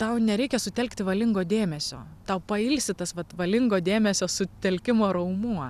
tau nereikia sutelkti valingo dėmesio tau pailsi tas vat valingo dėmesio sutelkimo raumuo